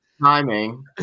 Timing